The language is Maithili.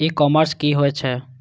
ई कॉमर्स की होए छै?